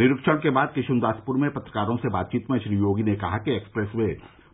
निरीक्षण के बाद किशुनदासपुर में पत्रकारों से बातचीत में श्री योगी ने कहा कि एक्सप्रेस वे